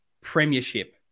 Premiership